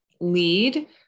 lead